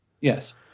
Yes